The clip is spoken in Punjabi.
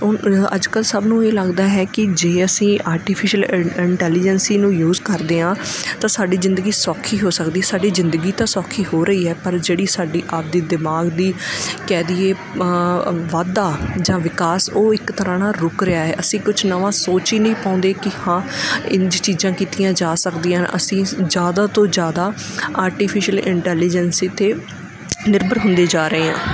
ਹੁਨ ਅੱਜ ਕੱਲ੍ਹ ਸਭ ਨੂੰ ਇਹ ਲੱਗਦਾ ਹੈ ਕਿ ਜੇ ਅਸੀਂ ਆਰਟੀਫਿਸ਼ਲ ਇ ਇੰਟੈਲੀਜੈਂਸੀ ਨੂੰ ਯੂਜ ਕਰਦੇ ਹਾਂ ਤਾਂ ਸਾਡੀ ਜ਼ਿੰਦਗੀ ਸੌਖੀ ਹੋ ਸਕਦੀ ਸਾਡੀ ਜ਼ਿੰਦਗੀ ਤਾਂ ਸੌਖੀ ਹੋ ਰਹੀ ਹੈ ਪਰ ਜਿਹੜੀ ਸਾਡੀ ਆਪਦੀ ਦਿਮਾਗ ਦੀ ਕਹਿ ਦਈਏ ਵਾਧਾ ਜਾਂ ਵਿਕਾਸ ਉਹ ਇੱਕ ਤਰ੍ਹਾਂ ਨਾ ਰੁਕ ਰਿਹਾ ਹੈ ਅਸੀਂ ਕੁਛ ਨਵਾਂ ਸੋਚ ਹੀ ਨਹੀਂ ਪਾਉਂਦੇ ਕਿ ਹਾਂ ਇੰਝ ਚੀਜ਼ਾਂ ਕੀਤੀਆਂ ਜਾ ਸਕਦੀਆਂ ਅਸੀਂ ਜ਼ਿਆਦਾ ਤੋਂ ਜ਼ਿਆਦਾ ਆਰਟੀਫਿਸ਼ਲ ਇੰਟੈਲੀਜੈਂਸੀ 'ਤੇ ਨਿਰਭਰ ਹੁੰਦੇ ਜਾ ਰਹੇ ਹਾਂ